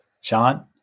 Sean